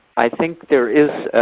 i think there is